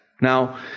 Now